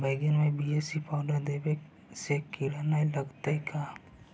बैगन में B A C powder देबे से किड़ा न लगतै का?